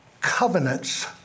covenants